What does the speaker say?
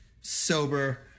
sober